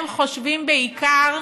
הם חושבים בעיקר: